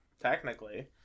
technically